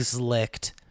licked